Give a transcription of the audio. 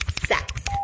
sex